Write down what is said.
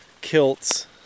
kilts